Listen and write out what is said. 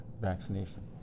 vaccination